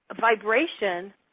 vibration